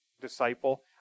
Disciple